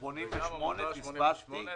עמותה מספר 88 (מ.ע.ל.ה